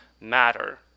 matter